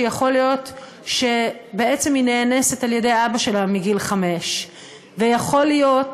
שיכול להיות שבעצם היא נאנסת על ידי אבא שלה מגיל 5חמש ויכול להיות,